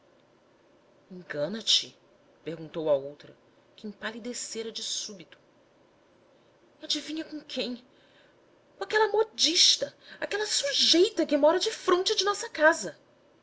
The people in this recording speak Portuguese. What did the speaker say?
engana te perguntou a outra que empalidecera de súbito e adivinha com quem com aquela modista aquela sujeita que mora defronte de nossa casa